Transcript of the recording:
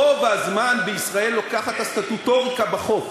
רוב הזמן בישראל לוקחת הסטטוטוריקה בחוף,